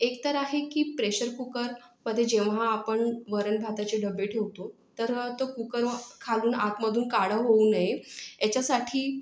एक तर आहे की प्रेशर कुकरमध्ये जेव्हा आपण वरणभाताचे डबे ठेवतो तर तो कुकर खालून आतमधून काळं होऊ नये याच्यासाठी